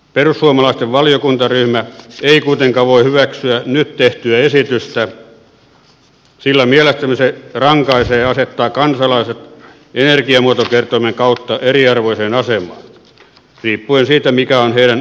perussuomalaisten valiokuntaryhmä ei kuitenkaan voi hyväksyä nyt tehtyä esitystä sillä mielestämme se rankaisee ja asettaa kansalaiset energiamuotokertoimen kautta eriarvoiseen asemaan riippuen siitä mikä on heidän lämmitysmuotonsa